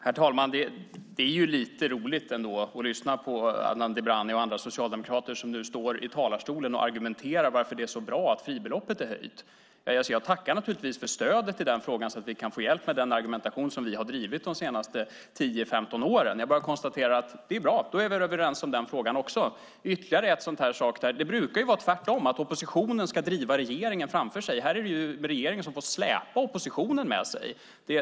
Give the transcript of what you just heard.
Herr talman! Det är ändå lite roligt att lyssna på Adnan Dibrani och andra socialdemokrater som står i talarstolen och argumenterar för att det är så bra att fribeloppet har höjts. Jag tackar naturligtvis för stödet i den frågan så att vi kan få hjälp med den argumentation som vi har drivit under de senaste tio femton åren. Jag konstaterar bara att det är bra. Då är vi överens i den frågan också. Det brukar vara tvärtom att oppositionen ska driva regeringen framför sig. Här är det regeringen som får släpa oppositionen med sig.